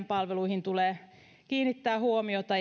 palveluihin tulee kiinnittää huomiota